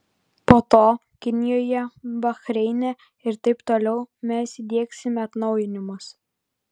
po to kinijoje bahreine ir taip toliau mes įdiegsime atnaujinimus